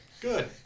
Good